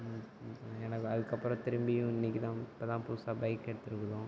எனக்கு அதுக்கப்புறோம் திரும்பியும் இன்றைக்கி தான் இப்போ தான் புதுசாக பைக் எடுத்துருக்கிறோம்